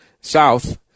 south